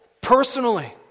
personally